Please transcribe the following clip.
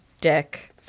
dick